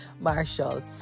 marshall